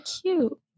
cute